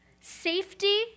safety